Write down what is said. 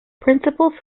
principal